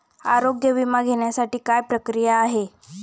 आरोग्य विमा घेण्यासाठी काय प्रक्रिया आहे?